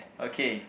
okay